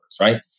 right